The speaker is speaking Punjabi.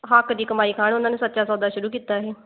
ਹੱਕ ਦੀ ਕਮਾਈ ਖਾਣ ਉਹਨਾਂ ਨੇ ਸੱਚਾ ਸੌਦਾ ਸ਼ੁਰੂ ਕੀਤਾ ਸੀ